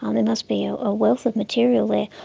um there must be a ah wealth of material there,